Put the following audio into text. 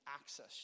access